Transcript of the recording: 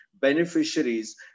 beneficiaries